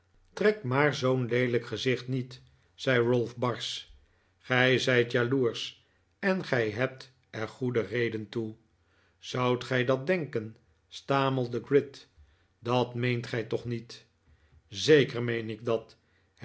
trek maar zbo'n leelijk gezicht niet zei ralph barsch gij zijt jaloersch en gij hebt er goede reden toe zoudt gij dat denken stamelde gride dat meent gij toch niet zeker meen ik dat